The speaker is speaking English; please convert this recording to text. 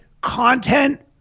content